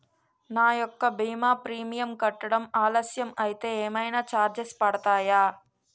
నా యెక్క భీమా ప్రీమియం కట్టడం ఆలస్యం అయితే ఏమైనా చార్జెస్ పడతాయా?